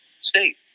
state